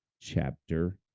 chapter